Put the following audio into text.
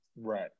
Right